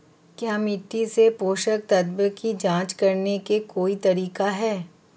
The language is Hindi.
क्या मिट्टी से पोषक तत्व की जांच करने का कोई तरीका है?